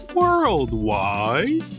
Worldwide